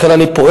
לכן אני פועל,